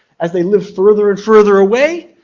as they live further and further away,